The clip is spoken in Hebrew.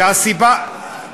והסיבה,